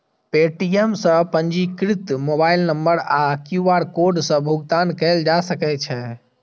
Paytm सं पंजीकृत mobile number आ क्यू.आर कोड सं भुगतान कैल जा सकै छै